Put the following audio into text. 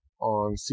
on